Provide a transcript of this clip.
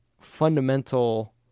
fundamental